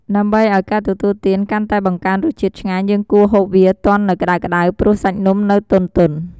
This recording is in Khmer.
ដើម្បីឱ្យការទទួលទានកាន់តែបង្កើនរសជាតិឆ្ញាញ់ យើងគួរហូបវាទាន់នៅក្តៅៗ ព្រោះសាច់នំនៅទន់ៗ។